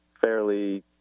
fairly